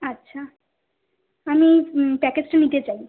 আচ্ছা আমি প্যাকেজটা নিতে চাই